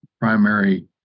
primary